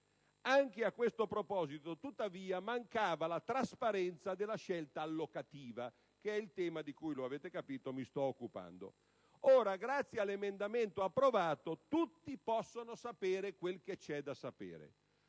Anche a questo proposito, tuttavia, mancava la trasparenza della scelta allocativa, che è il tema di cui - come avrete capito - mi sto occupando. Ora, grazie all'emendamento approvato, tutti possono sapere quel che c'è da sapere: